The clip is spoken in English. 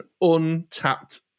untapped